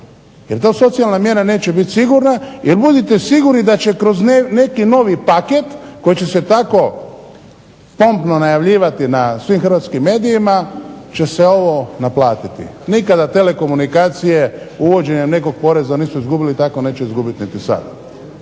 jer ta socijalna mjera neće biti sigurna. Jer budite sigurni da će kroz neki novi paket koji će se tako pompno najavljivati na svim hrvatskim medijima će se ovo naplatiti. Nikada telekomunikacije uvođenjem nekog poreza nisu izgubili, tako neće izgubiti niti sada.